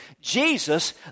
Jesus